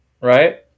right